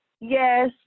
yes